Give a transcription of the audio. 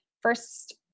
first